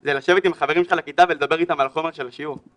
זה לשבת עם החברים שלך לכיתה ולדבר איתם על החומר של השיעור.